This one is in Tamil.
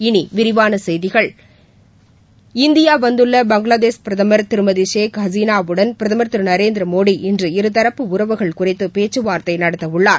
இனி விரிவான செய்திகள் இந்தியா வந்துள்ள பங்களாதேஷ் பிரதமர் திருமதி ஷேக் ஹசீனாவுடன் பிரதமர் திரு நரேந்திர மோடி இன்று இருதரப்பு உறவுகள் குறித்து பேச்சுவார்த்தை நடத்தவுள்ளார்